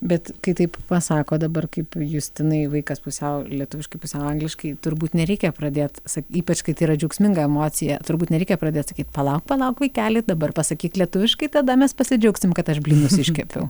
bet kai taip pasako dabar kaip justinai vaikas pusiau lietuviškai pusiau angliškai turbūt nereikia pradėt sak ypač kai tai yra džiaugsminga emocija turbūt nereikia pradėt sakyt palauk palauk vaikeli dabar pasakyk lietuviškai tada mes pasidžiaugsim kad aš blynus iškepiau